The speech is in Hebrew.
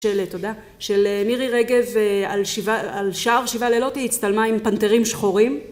של מירי רגב, על שער שבעה לילות היא הצטלמה עם פנתרים שחורים